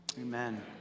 Amen